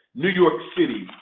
new york city,